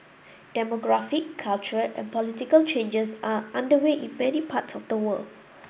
demographic cultural and political changes are underway in many parts of the world